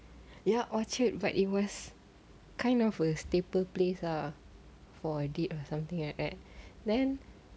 ya orchard but it was kind of a staple place ah for a date or something like that then